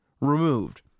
removed